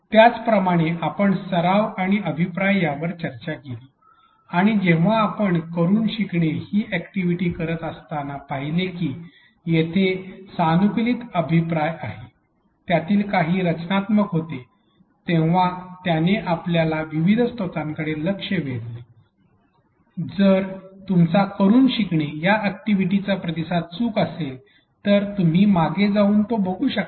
त्याचप्रमाणे आपण सराव आणि अभिप्राय यावर चर्चा केली आणि जेव्हा आपण करून शिकणे ही अॅक्टिव्हिटी करत असतांना पाहिले की तेथे सानुकूलित अभिप्राय आहे त्यातील काही रचनात्मक होते तेव्हा त्याने आपल्याला विविध स्त्रोतांकडे लक्ष वेधले जर तुमचा करून शिकणे ह्या अॅक्टिव्हिटीचा प्रतिसाद चूक असेल तर तुम्ही मागे जाऊन तो बघू शकता